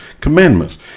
commandments